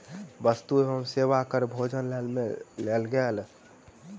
वस्तु एवं सेवा कर भोजनालय में लेल गेल